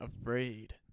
afraid